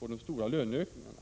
de stora löneökningarna.